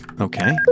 Okay